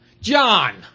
John